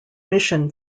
mission